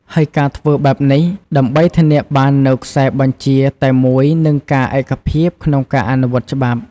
ហើយការធ្វើបែបនេះ ដើម្បីធានាបាននូវខ្សែបញ្ជាតែមួយនិងការឯកភាពក្នុងការអនុវត្តច្បាប់។